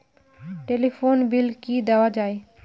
Telephone bill কি দেওয়া যায়?